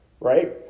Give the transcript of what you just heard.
Right